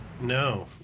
No